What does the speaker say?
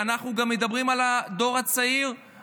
אנחנו גם מדברים על הדור הצעיר,